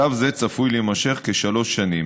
שלב זה צפוי להימשך כשלוש שנים.